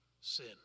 sin